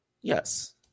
Yes